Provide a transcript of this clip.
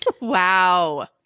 wow